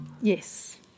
Yes